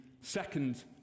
second